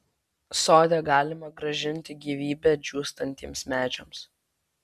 sode galima grąžinti gyvybę džiūstantiems medžiams